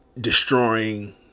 destroying